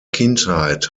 kindheit